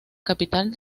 capital